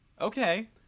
Okay